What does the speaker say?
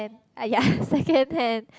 !aiya! second hand